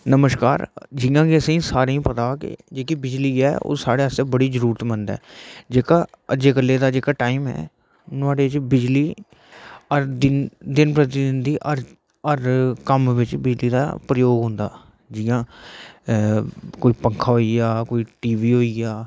नमस्कार जियां असेंगी सारें गी पता के जेहड़ी बिजली ऐ ओह् सारे साढ़े आस्तै बड़ी जरुरतमंद ऐ जेह्का अजकल दा जेहड़ा टाइम ऐ नुआढ़े च बिजली हरदिन प्रतिदिन दी हर कम्म बिच बिजली दा प्रोयोग होंदा जियां कोई पखां होई गया कोई टीवी बी होई गेआ